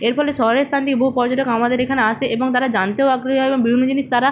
এর ফলে শহরের স্থান থেকে বহু পর্যটক আমাদের এখানে আসে এবং তারা জানতেও আগ্রহী হয় এবং বিভিন্ন জিনিস তারা